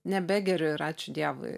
nebegeriu ir ačiū dievui